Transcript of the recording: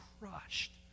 crushed